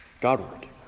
Godward